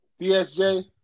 DSJ